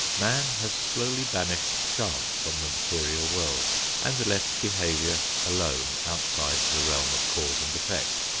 man has slowly banished chance from the material world and left behavior alone outside the realm of cause and effect.